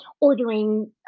ordering